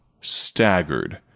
staggered